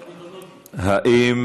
האם,